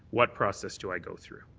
what process do i go through?